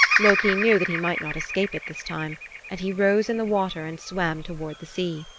loki knew that he might not escape it this time and he rose in the water and swam toward the sea.